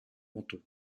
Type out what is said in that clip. motto